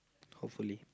hopefully